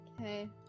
Okay